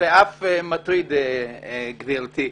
ואף מטריד, גברתי.